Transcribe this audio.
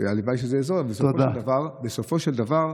הלוואי שזה יהיה זול, אבל בסופו של דבר,